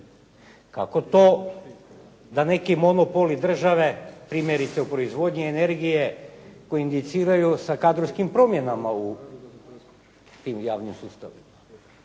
Kako to da neki monopoli države, primjerice u proizvodnji energije koindiciraju sa kadrovskim promjena u tim javnim sustavima?